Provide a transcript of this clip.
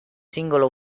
singolo